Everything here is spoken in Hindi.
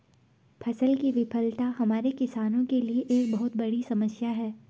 फसल की विफलता हमारे किसानों के लिए एक बहुत बड़ी समस्या है